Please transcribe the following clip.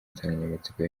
nsanganyamatsiko